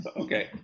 Okay